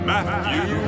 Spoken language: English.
Matthew